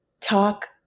talk